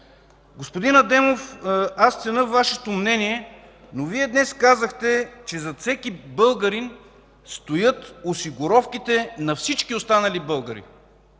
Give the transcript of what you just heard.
Господин Адемов, аз ценя Вашето мнение, но Вие днес казахте, че зад всеки българин стоят осигуровките на всички останали българи.